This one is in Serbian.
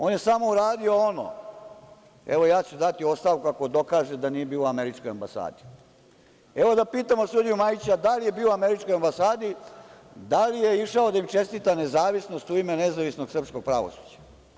On je samo uradio ono, evo ja ću dati ostavku ako dokaže da nije bio u američkoj ambasadi, evo da pitamo sudiju Majića da li je bio u američkoj ambasadi, da li je išao da im čestita nezavisnost u ime nezavisnog srpskog pravosuđa?